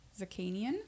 Zakanian